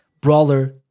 brawler